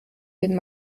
den